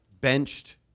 benched